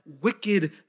wicked